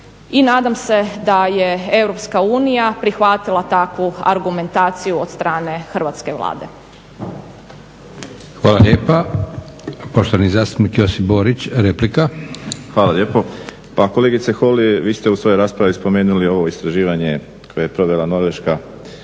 i nadam se da je EU prihvatila takvu argumentaciju od strane Hrvatske Vlade.